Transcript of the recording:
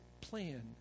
plan